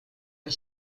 are